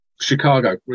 chicago